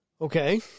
Okay